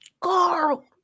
Carl